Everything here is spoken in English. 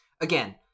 again